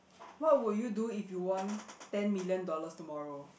what would you do if you won ten million dollars tomorrow